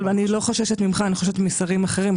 אבל אני לא חוששת ממך אלא אני חוששת משרים אחרים.